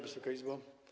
Wysoka Izbo!